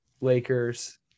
Lakers